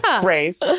Grace